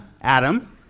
Adam